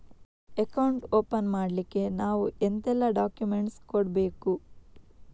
Account open ಮಾಡ್ಲಿಕ್ಕೆ ನಾವು ಎಂತೆಲ್ಲ ಡಾಕ್ಯುಮೆಂಟ್ಸ್ ಕೊಡ್ಬೇಕು?